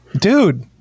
Dude